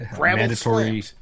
Mandatory